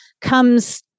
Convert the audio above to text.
comes